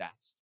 asked